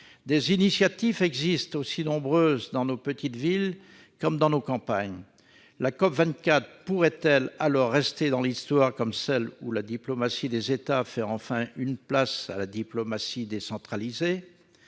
Des initiatives existent aussi, nombreuses, dans nos petites villes, comme dans nos campagnes. La COP24 pourrait-elle alors rester dans l'histoire comme celle où la diplomatie des États fait enfin une place à la diplomatie décentralisée,